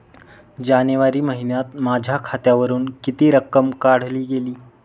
जानेवारी महिन्यात माझ्या खात्यावरुन किती रक्कम काढली गेली?